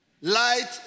Light